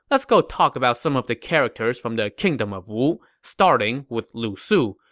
let's go talk about some of the characters from the kingdom of wu, starting with lu su,